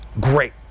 great